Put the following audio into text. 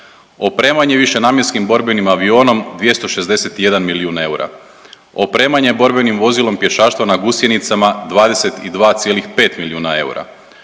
opremanje višenamjenskim borbenim avionom 261 milijun eura, opremanje borbenim vozilom pješaštva na gusjenicama 22,5 milijuna eura,